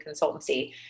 consultancy